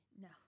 No